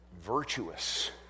virtuous